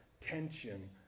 tension